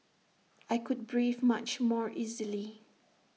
I could breathe much more easily